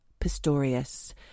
Pistorius